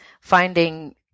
finding